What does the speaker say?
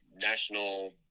national